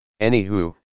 Anywho